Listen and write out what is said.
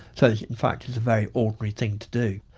so, in fact it's a very ordinary thing to do.